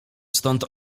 stąd